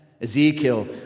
Ezekiel